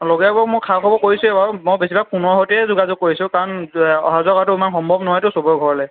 লগৰীয়াবোৰক মই খা খবৰ কৰিছোঁৱে বাৰু মই বেছিভাগ ফোনৰ সৈতেই যোগাযোগ কৰিছোঁ কাৰণ অহা যোৱা কৰাতো ইমান সম্ভৱ নহয়তো সবৰ ঘৰলৈ